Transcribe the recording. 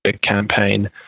campaign